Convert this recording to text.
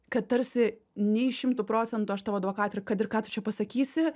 kad tarsi nei šimtu procentų aš tavo advokatė ir kad ir ką tu čia pasakysi